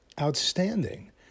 Outstanding